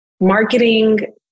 marketing